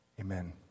amen